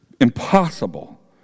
impossible